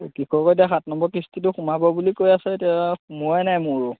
কৃষকৰ এতিয়া সাত নম্বৰৰ কৃস্তিটো সোমাব বুলি কৈ আছে এতিয়া সোমোৱাই নাই মোৰো